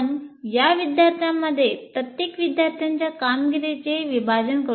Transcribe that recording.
आपण या विद्यार्थ्यांमध्ये प्रत्येक विद्यार्थ्याच्या कामगिरीचे विभाजन करू शकता